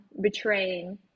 betraying